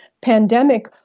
pandemic